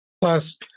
Plus